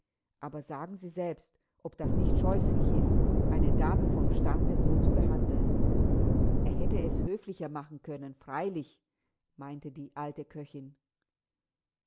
aber sagen sie selbst ob das nicht scheußlich ist eine dame von stande so zu behandeln er hätte es höflicher machen können freilich meinte die alte köchin